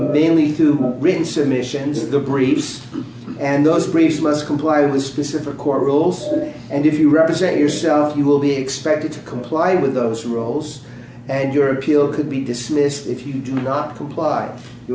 only through written submissions the briefs and those briefs must comply with specific court rules and if you represent yourself you will be expected to comply with those roles and your appeal could be dismissed if you do not comply